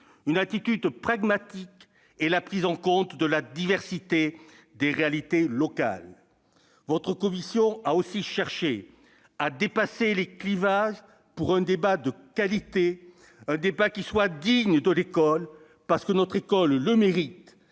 une attitude pragmatique et la prise en compte de la diversité des réalités locales. Votre commission a aussi cherché à dépasser les clivages pour avoir un débat de qualité, un débat digne de l'école, parce que notre école le mérite